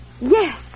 Yes